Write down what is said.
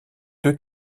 deux